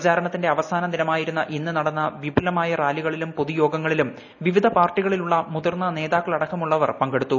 പ്രചാരണത്തിന്റെ അവസാന ദിനമായിരുന്ന ഇന്ന് നടന്ന വിപുലമായ റാലികളിലും പൊതുയോഗങ്ങളിലും വിവിധ പാർട്ടികളിലുള്ള മുതിർന്ന നേതാക്കളടക്കമുള്ളവർ പങ്കെടുത്തു